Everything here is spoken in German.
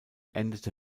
endete